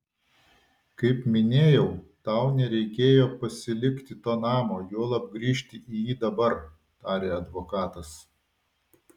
kaip minėjau tau nereikėjo pasilikti to namo juolab grįžti į jį dabar tarė advokatas